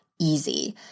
easy